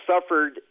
suffered